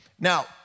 Now